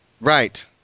right